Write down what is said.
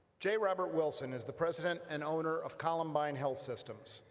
j. robert wilson is the president and owner of columbine health systems,